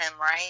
right